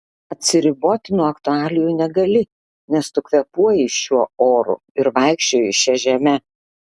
atsiriboti nuo aktualijų negali nes tu kvėpuoji šiuo oru ir vaikščioji šia žeme